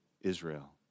Israel